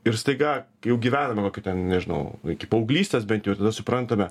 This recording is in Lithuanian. ir staiga kai jau gyvename kokį ten nežinau iki paauglystės bent jau ir tada suprantame